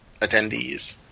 attendees